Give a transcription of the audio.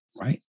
right